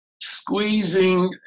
squeezing